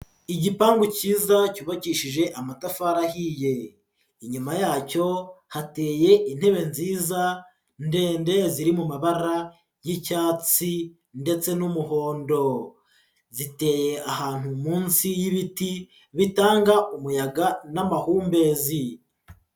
Igipangu cyiza cyubakishije amatafari ahiye, inyuma yacyo hateye intebe nziza ndende ziri mu mabara y'icyatsi ndetse n'umuhondo. Giteye ahantu munsi y'ibiti bitanga umuyaga n'amahumbezi.